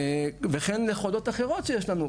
וכן יכולות אחרות שיש לנו.